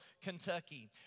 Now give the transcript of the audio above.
Kentucky